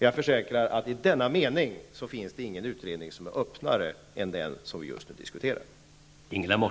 Jag försäkrar att i denna mening finns det ingen utredning som är öppnare än den som vi just nu diskuterar.